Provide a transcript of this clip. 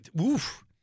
oof